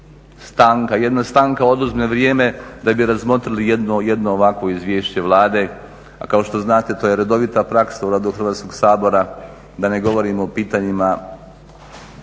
Stanka, jedna stanka oduzme vrijeme da bi razmotrili jedno ovakvo izvješće Vlade. A kao što znate to je redovita praksa u radu Hrvatskog sabora da ne govorimo o pitanjima